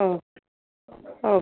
ഓ okay